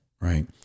right